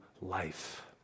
life